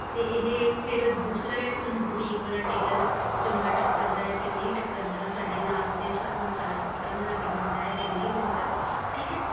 ਅਤੇ ਇਹ ਫਿਰ ਦੂਸਰਾ ਹੈ ਸਾਨੂੰ ਬੁਟੀਕ ਵਾਲਾ ਟੇਲਰ ਚੰਗਾ ਟੱਕਰਦਾ ਹੈ ਕਿ ਨਹੀਂ ਟੱਕਰਦਾ ਸਾਡੇ ਨਾਪ ਦੇ ਸਾ ਅਨੁਸਾਰ ਕੱਪੜਾ ਬਣਾ ਕੇ ਦਿੰਦਾ ਹੈ ਕਿ ਨਹੀਂ ਦਿੰਦਾ ਠੀਕ ਹੈ